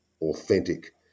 authentic